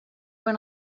when